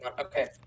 Okay